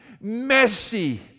messy